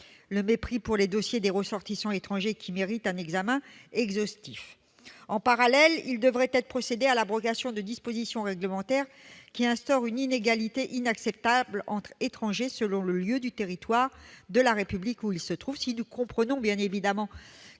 le mépris, pour les demandes des ressortissants étrangers, qui méritent pourtant un examen exhaustif ? En parallèle, il devrait être procédé à l'abrogation de dispositions réglementaires qui instaurent une inégalité de traitement inacceptable entre étrangers selon le lieu du territoire de la République où ils se trouvent. Si nous comprenons que certaines